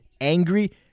angry